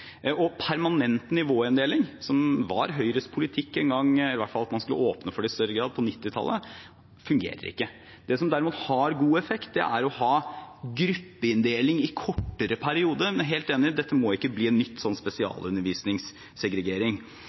problem. Permanent nivåinndeling, som var Høyres politikk – i hvert fall at man skulle åpne for det i større grad – en gang på 1990-tallet, fungerer ikke. Det som derimot har god effekt, er å ha gruppeinndeling i kortere perioder. Men jeg er helt enig: Dette må ikke bli en ny spesialundervisningssegregering.